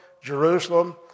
Jerusalem